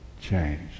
change